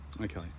Okay